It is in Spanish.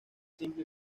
simple